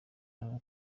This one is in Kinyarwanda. bavuga